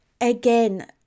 again